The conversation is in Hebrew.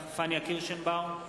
פניה קירשנבאום,